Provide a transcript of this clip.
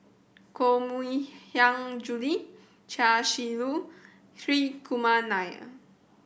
Koh Mui Hiang Julie Chia Shi Lu Hri Kumar Nair